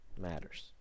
matters